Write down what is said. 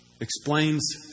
explains